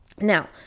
now